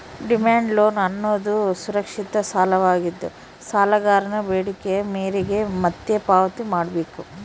demand loan ಅನ್ನೋದುದು ಸುರಕ್ಷಿತ ಸಾಲವಾಗಿದ್ದು, ಸಾಲಗಾರನ ಬೇಡಿಕೆಯ ಮೇರೆಗೆ ಮತ್ತೆ ಪಾವತಿ ಮಾಡ್ಬೇಕು